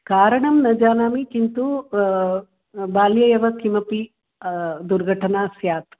कारणं न जानामि किन्तु बाल्ये एव किमपि दुर्घटना स्यात्